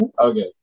Okay